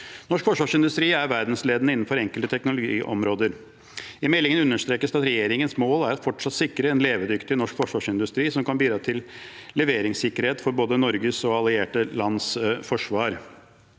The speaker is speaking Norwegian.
Norsk forsvarsindustri er verdensledende innenfor enkelte teknologiområder. I meldingen understrekes det at regjeringens mål fortsatt er å sikre en levedyktig norsk forsvarsindustri som kan bidra til leveringssikkerhet for både Norges og allierte lands forsvar.